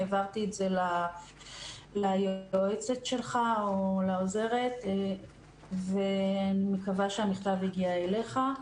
העברתי את זה ליועצת שלך או לעוזרת ואני מקווה שהמכתב הגיע אליך.